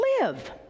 live